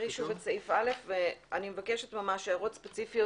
תקריא שוב את סעיף (א) ואני מבקשת ממש הערות ספציפיות,